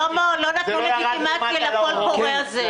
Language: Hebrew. שלמה, לא נתנו לגיטימציה לקול קורא הזה.